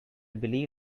believe